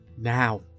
Now